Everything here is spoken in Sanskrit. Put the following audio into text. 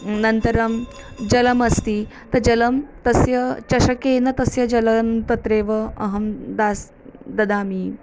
अनन्तरं जलमस्ति त जलं तस्य चषकेन तस्य जलं तत्रैव अहं दास् ददामि